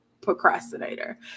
procrastinator